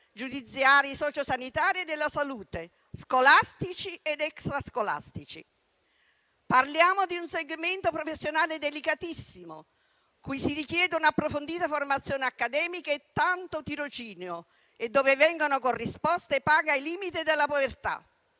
giudiziari, socio-sanitari e della salute, scolastici ed extrascolastici. Parliamo di un segmento professionale delicatissimo, cui si richiede un'approfondita formazione accademica e tanto tirocinio e dove vengono corrisposte paghe ai limiti della povertà.